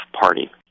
Party